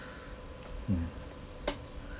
mm